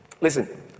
Listen